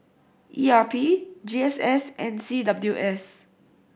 E R P G S S and C W S